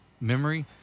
memory